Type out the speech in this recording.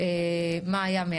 כי בעצם מה שהיה לנו